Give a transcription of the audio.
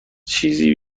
چیزی